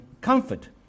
comfort